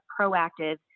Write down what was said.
proactive